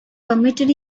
permitted